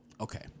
Okay